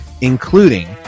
including